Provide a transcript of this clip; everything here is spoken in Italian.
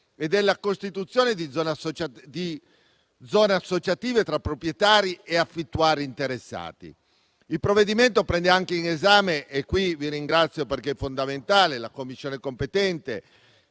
alla costituzione di zone associative tra proprietari e affittuari interessati. Il provvedimento prende anche in esame - e qui ringrazio la Commissione competente,